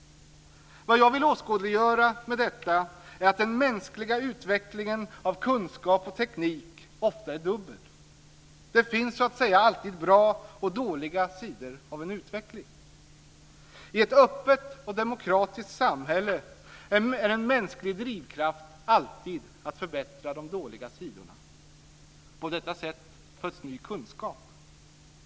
Vad jag vill åskådliggöra med detta är att den mänskliga utvecklingen av kunskap och teknik ofta är dubbel, att det så att säga alltid finns bra och dåliga sidor av en utveckling. I ett öppet och demokratiskt samhälle är det en mänsklig drivkraft att alltid förbättra de dåliga sidorna. På detta sätt föds ny kunskap.